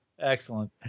excellent